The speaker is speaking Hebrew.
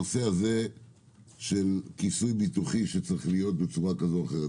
הנושא הזה של כיסוי ביטוחי שצריך להיות בצורה כזאת או אחרת.